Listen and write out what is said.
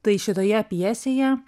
tai šitoje pjesėje